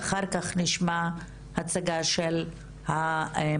אחר כך נשמע הצגה של המדד.